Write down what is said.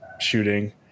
shooting